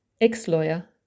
ex-lawyer